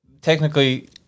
technically